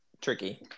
tricky